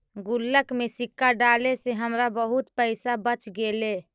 गुल्लक में सिक्का डाले से हमरा बहुत पइसा बच गेले